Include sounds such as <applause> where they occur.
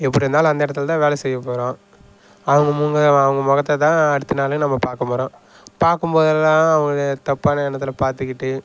எப்படி இருந்தாலும் அந்த இடத்துல தான் வேலை செய்ய போகிறோம் அவங்க <unintelligible> அவங்க முகத்த தான் அடுத்த நாள் நம்ம பார்க்க போகிறோம் பார்க்கும்போதெல்லாம் அவங்க தப்பான எண்ணத்தில் பார்த்துக்கிட்டு